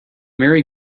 merry